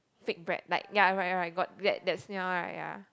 baked bread like ya alright alright got that that smell right ya